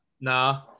Nah